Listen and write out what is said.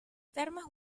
termas